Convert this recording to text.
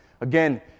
Again